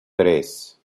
tres